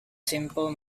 simple